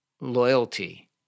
loyalty